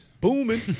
Booming